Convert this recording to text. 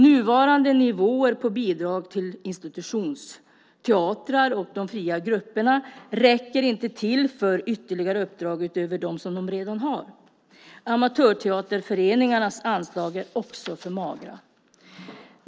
Nuvarande nivåer på bidrag till institutionsteatrar och de fria grupperna räcker inte till för ytterligare uppdrag utöver dem som de redan har. Amatörteaterföreningarnas anslag är också för magra.